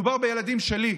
מדובר בילדים שלי.